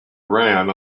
ran